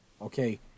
okay